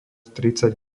tridsať